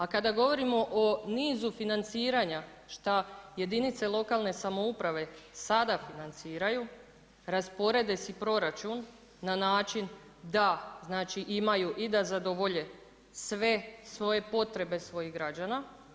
A kada govorimo o nizu financiranja, šta jedinice lokalne samouprave sada financiraju, rasporede si proračun, na način da znači imaju i da zadovolje sve svoje potrebe svojih građana.